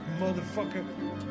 motherfucker